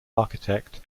architect